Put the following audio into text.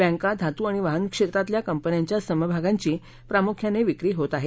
Banca धातू आणि वाहन क्षेत्रातल्या कंपन्यांच्या समभागांची प्रामुख्याने विक्री होत आहे